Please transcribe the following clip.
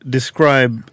Describe